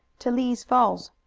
to lee's falls.